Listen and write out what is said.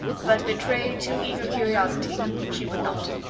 but betray too eager curiosity she would not.